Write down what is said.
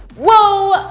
whoa!